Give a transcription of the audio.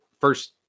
first